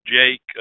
Jake